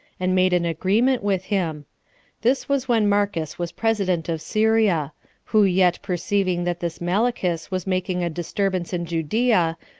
and made an agreement with him this was when marcus was president of syria who yet perceiving that this malichus was making a disturbance in judea,